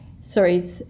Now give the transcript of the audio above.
sorry